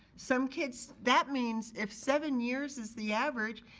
some kids, that means if seven years is the average,